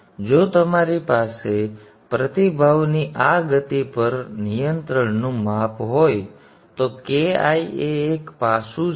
તેથી જો તમારી પાસે પ્રતિભાવની આ ગતિ પર નિયંત્રણનું માપ હોય તો Ki એ એક પાસું છે